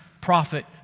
prophet